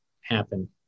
happen